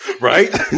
right